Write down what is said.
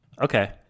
Okay